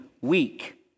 weak